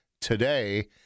today